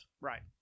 Right